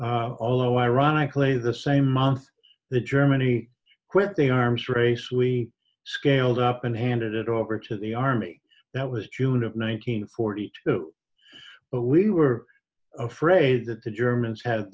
s although ironically the same month that germany quit the arms race we scaled up and handed it over to the army that was june of one nine hundred forty two but we were afraid that the germans ha